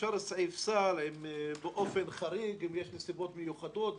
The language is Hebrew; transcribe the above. אפשר סעיף סל אם באופן חריג יש נסיבות מיוחדות וכדו',